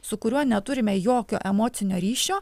su kuriuo neturime jokio emocinio ryšio